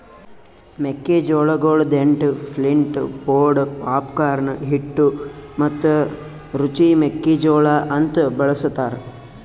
ಮೆಕ್ಕಿ ಜೋಳಗೊಳ್ dent, flint, pod, popcorn, ಹಿಟ್ಟು ಮತ್ತ ರುಚಿ ಮೆಕ್ಕಿ ಜೋಳ ಅಂತ್ ಬಳ್ಸತಾರ್